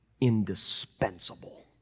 indispensable